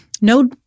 no